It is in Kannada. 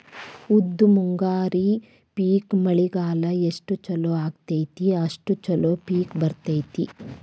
ಉದ್ದು ಮುಂಗಾರಿ ಪಿಕ್ ಮಳಿಗಾಲ ಎಷ್ಟ ಚಲೋ ಅಕೈತಿ ಅಷ್ಟ ಚಲೋ ಪಿಕ್ ಬರ್ತೈತಿ